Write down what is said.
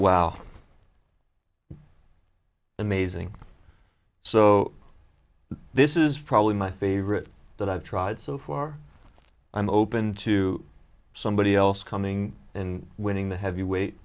wow amazing so this is probably my favorite that i've tried so far i'm open to somebody else coming and winning the heavyweight